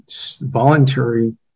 voluntary